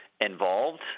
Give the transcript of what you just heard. Involved